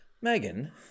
Megan